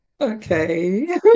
Okay